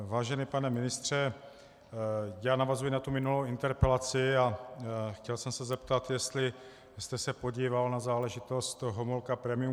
Vážený pane ministře, já navazuji na tu minulou interpelaci a chtěl jsem se zeptat, jestli jste se podíval na záležitost Homolka Premium Care, a. s.